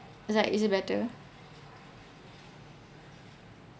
it's like is it better